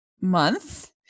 month